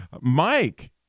Mike